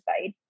side